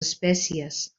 espècies